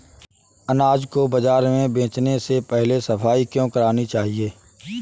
अनाज को बाजार में बेचने से पहले सफाई क्यो करानी चाहिए?